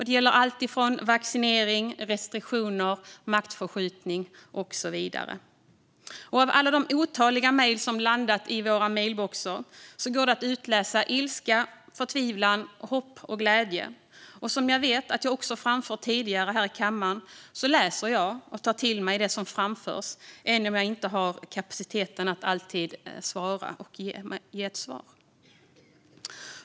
Det gäller vaccinering, restriktioner, maktförskjutning och så vidare. Av alla de otaliga mejl som landat i våra mejlboxar går det att utläsa ilska, förtvivlan, hopp och glädje. Som jag vet att jag har framfört tidigare här i kammaren läser jag och tar till mig det som framförs även om jag inte har kapaciteteten att alltid ge ett svar.